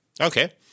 Okay